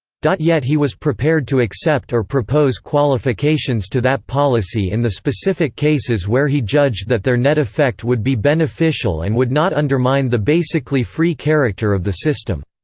yet he was prepared to accept or propose qualifications to that policy in the specific cases where he judged that their net effect would be beneficial and would not undermine the basically free character of the system.